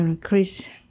Chris